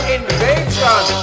Invasion